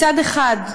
מצד אחד,